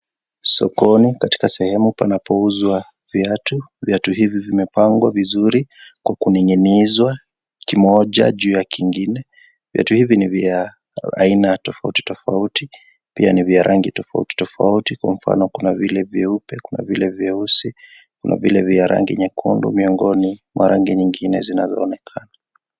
Sokoni katika sehemu panapouzwa viatu. Viatu hivi vimepangwa vizuri kwa kuning'inizwa kimoja juu ya kingine. Viatu hivi ni vya aina tofauti, tofauti, pia ni vya rangi tofauti, tofauti kwa mfano, kuna vile vyeupe, kuna vile vyeusi, kuna vile rangi nyekundu miongoni mwa rangi nyingine zinazoonekana.